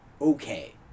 okay